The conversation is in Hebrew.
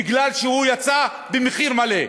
כי הוא יצא במחיר מלא,